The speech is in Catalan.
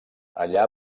allà